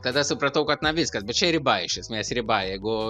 tada supratau kad na viskas bet čia riba iš esmės riba jeigu